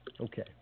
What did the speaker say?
Okay